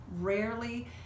rarely